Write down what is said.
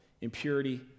impurity